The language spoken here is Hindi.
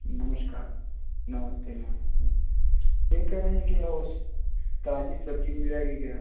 नमस्कार नमस्ते नमस्ते यूँ कह रहें हैं कि ओ ताज़ी सब्ज़ी मिल जाएगी क्या